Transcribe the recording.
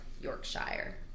Yorkshire